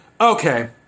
Okay